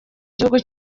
gihugu